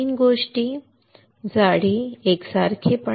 3 गोष्टी जाडी एकसारखेपणा